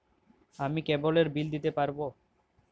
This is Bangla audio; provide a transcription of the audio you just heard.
আমি কেবলের বিল দিতে পারবো?